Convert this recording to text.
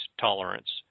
tolerance